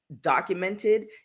documented